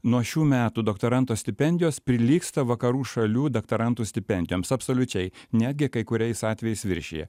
nuo šių metų doktoranto stipendijos prilygsta vakarų šalių daktarantų stipendijoms absoliučiai netgi kai kuriais atvejais viršija